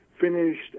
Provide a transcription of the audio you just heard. finished